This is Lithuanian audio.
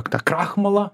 tą krahmolą